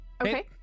Okay